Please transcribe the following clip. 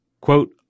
quote